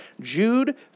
Jude